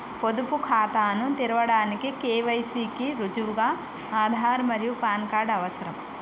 పొదుపు ఖాతాను తెరవడానికి కే.వై.సి కి రుజువుగా ఆధార్ మరియు పాన్ కార్డ్ అవసరం